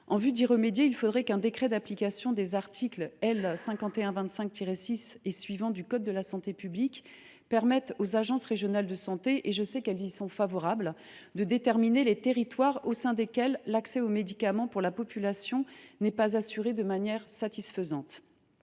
à cette situation, il faudrait qu’un décret d’application des articles L. 5125 6 et suivants du code de la santé publique permette aux agences régionales de santé – je sais qu’elles y sont favorables – de déterminer les territoires au sein desquels l’accès au médicament pour la population n’est pas assuré de manière satisfaisante.